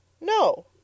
No